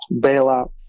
bailout